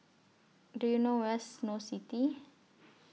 Do YOU know Where IS Snow City